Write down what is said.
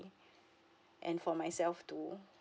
and for myself too